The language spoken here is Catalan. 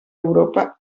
europa